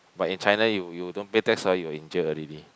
but in China you you don't pay tax ah you in jail already